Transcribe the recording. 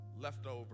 leftover